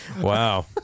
Wow